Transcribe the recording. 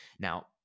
Now